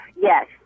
Yes